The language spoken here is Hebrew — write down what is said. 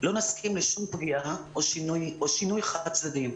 לא נסכים לשום פגיעה או שינוי חד צדדי.